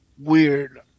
weird